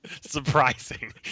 Surprising